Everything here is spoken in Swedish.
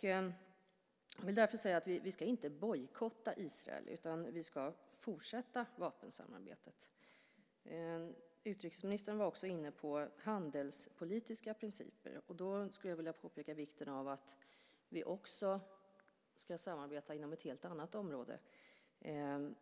Jag vill därför säga att vi inte ska bojkotta Israel, utan vi ska fortsätta med vapensamarbetet. Utrikesministern var också inne på handelspolitiska principer. Då skulle jag vilja påpeka vikten av att vi också ska samarbeta inom ett helt annat område,